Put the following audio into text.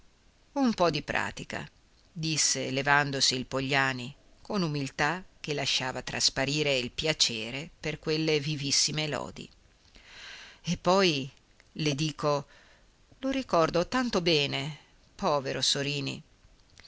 un po di pratica disse levandosi il pogliani con umiltà che lasciava trasparire il piacere per quelle vivissime lodi e poi le dico lo ricordo tanto bene povero sorini